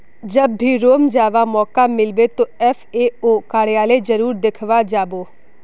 जब भी रोम जावा मौका मिलबे तो एफ ए ओ कार्यालय जरूर देखवा जा बो